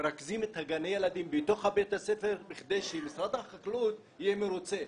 שמרכזים את גני הילדים בתוך בית הספר בכדי שמשרד החקלאות יהיה מרוצה.